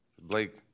Blake